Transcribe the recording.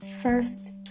first